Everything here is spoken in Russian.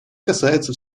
касается